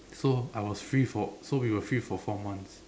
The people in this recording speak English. so I was free for so we were free for four months